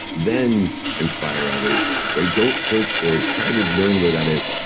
then inspire others. right? don't search for it. try to learn where that is.